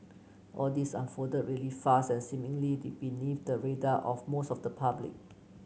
all this unfolded really fast and seemingly the beneath the radar of most of the public